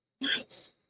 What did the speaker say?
Nice